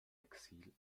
exil